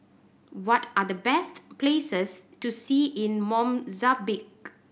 what are the best places to see in Mozambique